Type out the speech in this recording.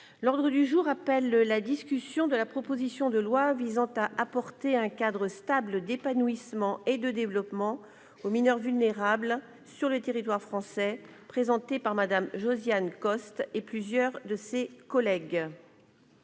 l'ordre du jour appelle la discussion de la proposition de loi visant à apporter un cadre stable d'épanouissement et de développement aux mineurs vulnérables sur le territoire français, présenté par Madame Josiane Costes et plusieurs de ses collègues